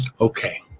Okay